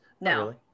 No